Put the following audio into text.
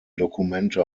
dokumente